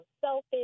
selfish